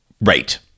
Right